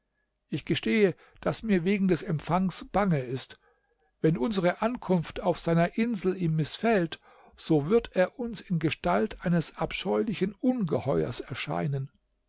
ich gestehe daß mir wegen des empfangs bange ist wenn unsere ankunft auf seiner insel ihm mißfällt so wird er uns in gestalt eines abscheulichen ungeheuers erscheinen